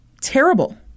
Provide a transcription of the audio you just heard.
terrible